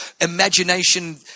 imagination